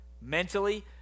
mentally